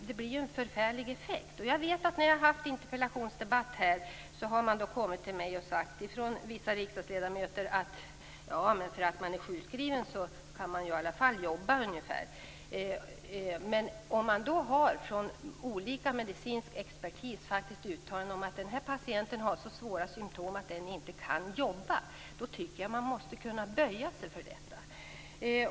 Detta får en förfärlig effekt. När jag har fört interpellationsdebatter har vissa riksdagsledamöter kommit till mig och sagt ungefär: Ja, men fast man är sjukskriven kan man i alla fall jobba. Men om en patient av olika medicinska experter fått uttalanden om att han eller hon har så svåra symtom att han eller hon inte kan jobba - då tycker jag att man måste kunna böja sig för det.